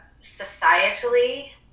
societally